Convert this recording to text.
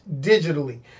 digitally